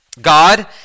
god